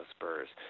Spurs